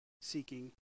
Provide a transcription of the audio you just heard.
seeking